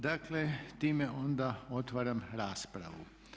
Dakle time onda otvaram raspravu.